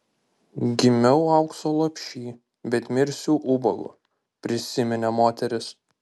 gimiau aukso lopšy bet mirsiu ubagu prisiminė moteris